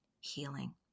healing